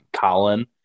Colin